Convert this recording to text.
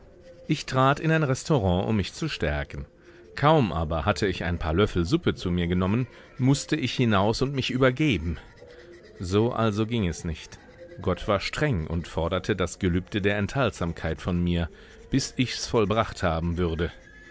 ich trat in ein restaurant um mich zu stärken kaum aber hatte ich ein paar löffel suppe zu mir genommen mußte ich hinaus und mich übergeben so also ging es nicht gott war streng und forderte das gelübde der enthaltsamkeit von mir bis ich's vollbracht haben würde